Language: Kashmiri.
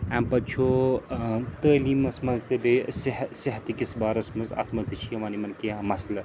اَمہِ پَتہٕ چھُ ٲں تعلیٖمَس منٛز تہٕ بیٚیہِ صحتکِس بارَس منٛز اَتھ منٛز تہِ چھِ یِوان یِمَن کیٚنٛہہ مَسلہٕ